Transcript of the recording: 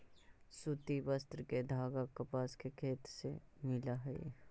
सूति वस्त्र के धागा कपास के खेत से मिलऽ हई